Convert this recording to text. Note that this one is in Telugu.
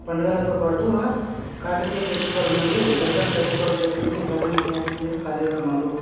పండుగలతో పాటు కాకతీయ ఫెస్టివల్ మరియు డెక్కన్ ఫెస్టివల్ జరుపుకునే ప్రధాన సాంస్కృతిక కార్యక్రమాలు